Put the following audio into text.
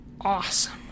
awesome